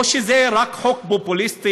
או שזה רק חוק פופוליסטי,